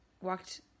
walked